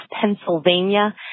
Pennsylvania